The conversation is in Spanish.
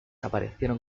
aparecieron